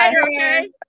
okay